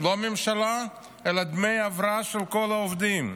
לא ממשלה אלא דמי הבראה של כל העובדים,